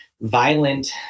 violent